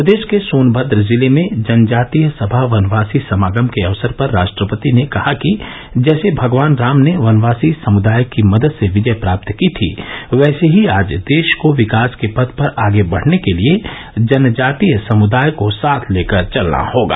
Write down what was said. प्रदेश के सोनमद्र जिले में जनजातीय सभा वनवासी समागम के अवसर पर राष्ट्रपति ने कहा कि जैसे भगवान राम ने बनवासी समुदाय की मदद से विजय प्राप्त की थी वैसे ही आज देश को विकास के पथ पर आगे बढ़ने के लिए जनजातीय समुदाय को साथ लेकर चलना होगा